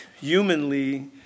humanly